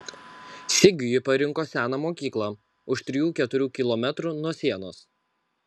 sigiui ji parinko seną mokyklą už trijų keturių kilometrų nuo sienos